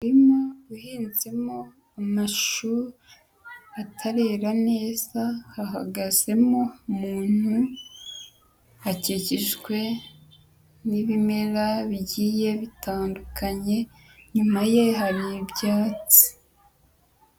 Umurima uhinzemo amashu atarera neza, hahagazemo umuntu, hakikijwe n'ibimera bigiye bitandukanye, inyuma ye hari ibyatsi.